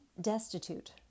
destitute